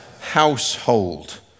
household